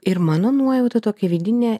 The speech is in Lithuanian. ir mano nuojauta tokia vidinė